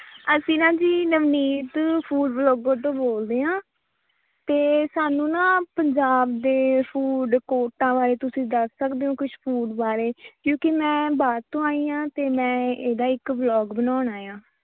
ਅਸੀਂ ਨਾ ਜੀ ਨਵਨੀਤ ਫੂਡ ਬਲੌਗਰ ਤੋਂ ਬੋਲਦੇ ਹਾਂ ਅਤੇ ਸਾਨੂੰ ਨਾ ਪੰਜਾਬ ਦੇ ਫੂਡ ਕੋਰਟਾਂ ਬਾਰੇ ਤੁਸੀਂ ਦੱਸ ਸਕਦੇ ਹੋ ਕੁਝ ਫੂਡ ਬਾਰੇ ਕਿਉਂਕਿ ਮੈਂ ਬਾਹਰ ਤੋਂ ਆਈ ਹਾਂ ਅਤੇ ਮੈਂ ਇਹਦਾ ਇੱਕ ਬਲੋਗ ਬਣਾਉਣਾ ਹੈ